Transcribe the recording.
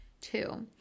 Two